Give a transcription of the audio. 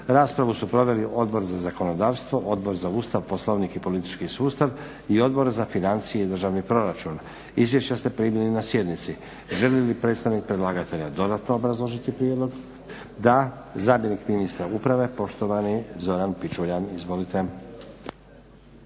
Raspravu su proveli Odbor za zakonodavstvo, Odbor za Ustav, Poslovnik i politički sustav i Odbor za financije i državni proračun. Izvješća ste primili na sjednici. Želi li predstavnik predlagatelja dodatno obrazložiti prijedlog? Da. Zamjenik ministra uprave, poštovani Zoran Pičuljan. Izvolite.